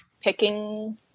picking